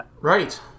Right